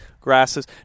Grasses